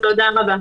תודה רבה.